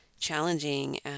challenging